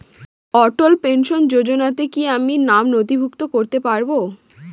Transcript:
অটল pension যোজনাতে কি আমি নাম নথিভুক্ত করতে পারবো?